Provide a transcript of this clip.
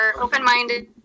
open-minded